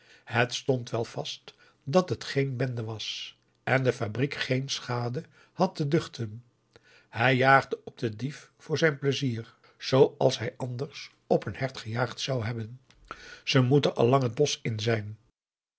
het stond wel vast dat het geen bende was en de fabriek geen schade had te duchten hij jaagde op den dief voor zijn pleizier zo als hij anders op een hert gejaagd zou hebben ze moeten al lang het bosch in zijn